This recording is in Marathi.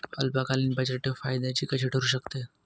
अल्पकालीन बचतठेव फायद्याची कशी ठरु शकते?